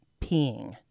peeing